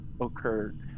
occurred